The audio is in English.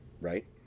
right